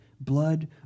blood